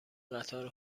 قطار